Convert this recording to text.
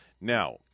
Now